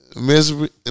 Misery